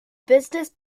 business